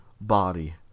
body